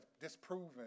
disproven